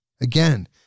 again